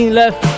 left